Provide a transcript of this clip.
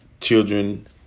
Children